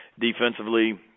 Defensively